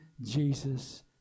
Jesus